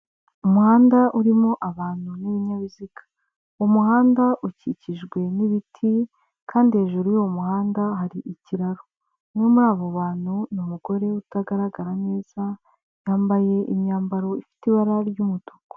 Umuhanda urimo abantu n'ibinyabiziga, umuhanda ukikijwe n'ibiti, kandi hejuru y'uwo muhanda hari ikiraro, umwe muri abo bantu ni umugore utagaragara neza yambaye imyambaro ifite ibara ry'umutuku.